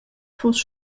fuss